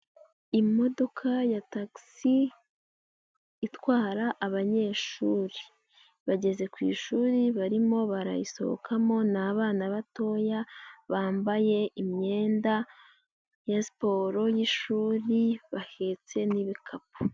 Imodoka ya tagisi itwara abanyeshuri, bageze ku ishuri barimo barayisohokamo, ni abana batoya bambaye imyenda ya siporo y'ishuri bahetse n'ibikapu.